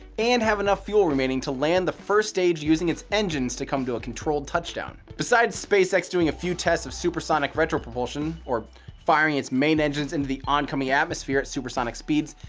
and have enough fuel remaining to land the first stage using its engines to come to a controlled touchdown. besides spacex doing a few tests of supersonic retropropulsion or firing its main engines into the oncoming atmosphere at supersonic speeds,